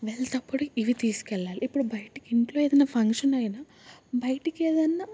వెళ్ళేటప్పుడు ఇవి తీస్కెళ్ళాలి ఇప్పుడు బయటికి ఇంట్లో ఏదన్న ఫంక్షన్ అయినా బయటికి ఏదన్న